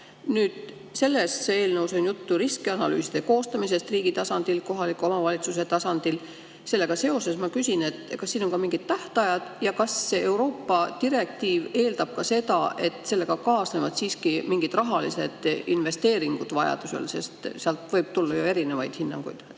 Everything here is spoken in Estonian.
Selles eelnõus on juttu riskianalüüside koostamisest riigi tasandil, kohaliku omavalitsuse tasandil. Sellega seoses ma küsin: kas siin on mingid tähtajad? Ja kas Euroopa direktiiv eeldab ka seda, et sellega kaasnevad vajaduse korral siiski mingid rahalised investeeringud, sest sealt võib tulla ju erinevaid hinnanguid?